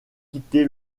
quitté